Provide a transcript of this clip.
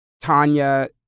Tanya